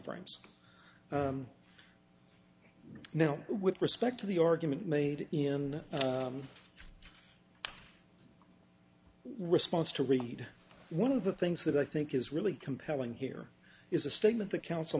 frames now with respect to the argument made in response to read one of the things that i think is really compelling here is a statement the council